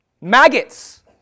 Maggots